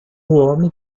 homem